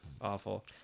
awful